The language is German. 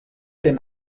den